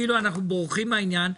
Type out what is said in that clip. כאילו אנחנו בורחים מהעניין,